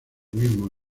mismo